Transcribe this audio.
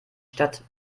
stadt